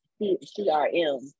CRM